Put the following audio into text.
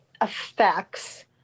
affects